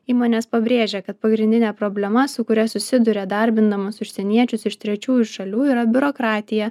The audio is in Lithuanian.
įmonės pabrėžia kad pagrindinė problema su kuria susiduria darbindamos užsieniečius iš trečiųjų šalių yra biurokratija